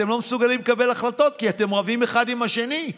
אתם לא מסוגלים לקבל החלטות כי אתם רבים אחד עם השני.